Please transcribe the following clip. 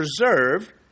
preserved